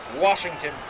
Washington